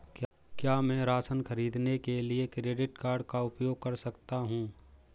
क्या मैं राशन खरीदने के लिए क्रेडिट कार्ड का उपयोग कर सकता हूँ?